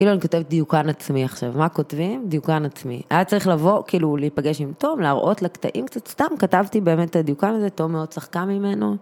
כאילו אני כותבת דיוקן עצמי עכשיו, מה כותבים? דיוקן עצמי. היה צריך לבוא, כאילו להיפגש עם תום, להראות לקטעים קצת סתם, כתבתי באמת את הדיוקן הזה, תום מאוד צחקה ממנו.